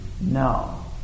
no